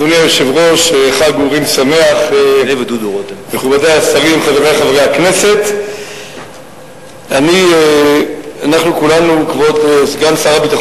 ראשון הדוברים, חבר הכנסת יעקב כץ.